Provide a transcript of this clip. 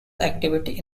activity